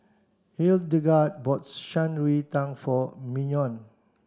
Hildegard bought Shan Rui Tang for Mignon